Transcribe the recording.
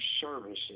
services